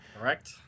Correct